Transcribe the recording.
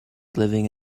living